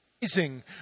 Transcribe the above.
amazing